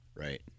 Right